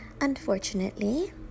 Unfortunately